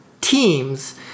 teams